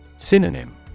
Synonym